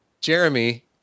Jeremy